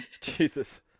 Jesus